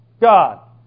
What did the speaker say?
God